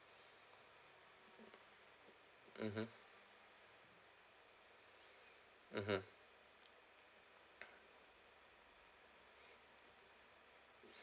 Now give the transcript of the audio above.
mmhmm mmhmm